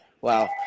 Wow